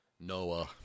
Noah